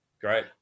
great